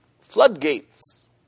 floodgates